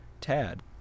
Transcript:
Tad